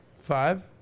Five